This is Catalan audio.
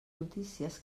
notícies